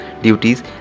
duties